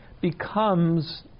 becomes